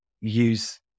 use